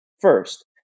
first